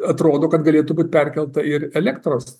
atrodo kad galėtų būt perkelta ir elektros